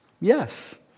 Yes